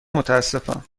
متاسفم